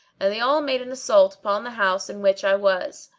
and they all made an assault upon the house in which i was.